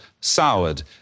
soured